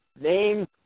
name